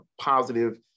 positive